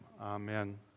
amen